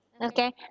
Okay